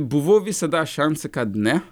buvo visada šansų kad ne